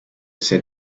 sit